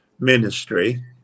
ministry